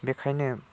बेखायनो